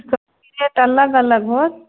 सबके रेट अलग अलग हैत